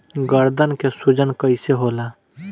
गर्दन के सूजन कईसे होला?